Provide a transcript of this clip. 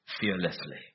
fearlessly